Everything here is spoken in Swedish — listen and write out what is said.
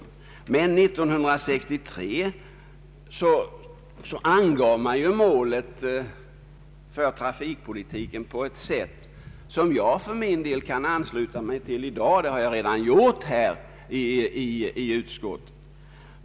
1963 angav man målet för trafikpolitiken på ett sätt som jag kan ansluta mig till i dag — och det har jag redan gjort i utskottet.